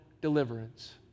deliverance